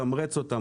מתמרץ אותם,